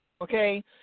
okay